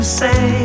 say